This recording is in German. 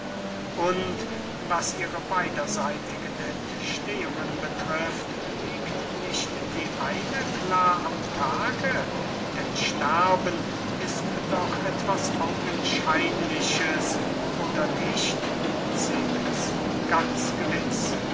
und was ihre beiderseitigen entstehungen betrifft liegt nicht die eine klar am tage denn sterben ist doch etwas augenscheinliches oder nicht cebes ganz gewiß